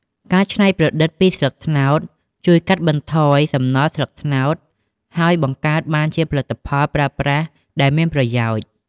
ការច្នៃប្រឌិតផ្លិតពីស្លឹកត្នោត ជួយកាត់បន្ថយសំណល់ស្លឹកត្នោត ហើយបង្កើតបានជាផលិតផលប្រើប្រាស់ដែលមានប្រយោជន៍។